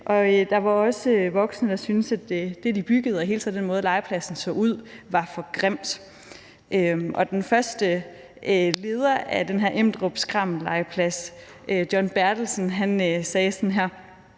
Der var også voksne, der syntes, at det, de byggede, og i det hele taget den måde, som legepladsen så ud på, var for grimt. Den første leder af skrammellegepladsen i Emdrup, John Bertelsen, sagde: »Til